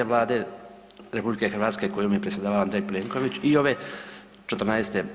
Vlade RH kojom je predsjedavao Andrej Plenković i ove 14.